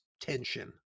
tension